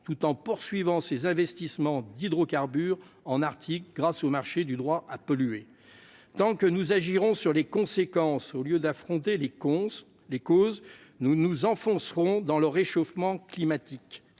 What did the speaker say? tout en poursuivant ses investissements dans les hydrocarbures en Arctique, grâce au marché du « droit à polluer ». Tant que nous agirons sur les conséquences du problème au lieu d'en affronter les causes, nous nous enfoncerons dans le réchauffement climatique.